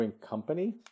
Company